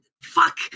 Fuck